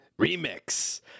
Remix